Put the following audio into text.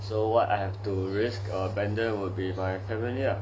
so what I have to risk or abandon will be my family lah